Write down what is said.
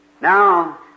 Now